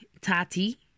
Tati